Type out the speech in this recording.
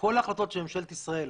וכל ההחלטות של ממשלת ישראל,